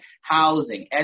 Housing